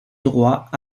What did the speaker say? droit